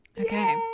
Okay